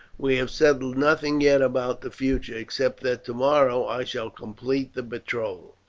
we have settled nothing yet about the future, except that tomorrow i shall complete the betrothal,